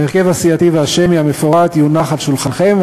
ההרכב הסיעתי והשמי המפורט יונח על שולחנכם,